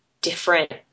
different